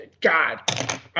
God